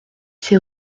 ses